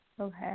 Okay